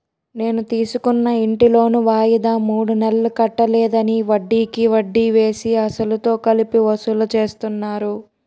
నేను తీసుకున్న ఇంటి లోను వాయిదా మూడు నెలలు కట్టలేదని, వడ్డికి వడ్డీ వేసి, అసలుతో కలిపి వసూలు చేస్తున్నారు